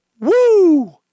Woo